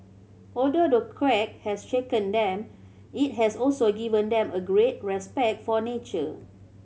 although the quake has shaken them it has also given them a greater respect for nature